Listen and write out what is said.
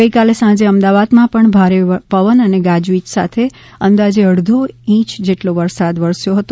ગઇકાલે સાંજે અમદાવાદમાં પણ ભારે પવન અને ગાજવીજ સાથે અંદાજે સરેરાશ અડધો ઇંચ જેટલો વરસાદ વરસ્યો હતો